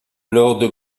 lord